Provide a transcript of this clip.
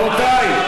רבותי.